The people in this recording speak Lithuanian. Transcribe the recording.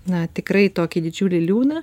na tikrai tokį didžiulį liūną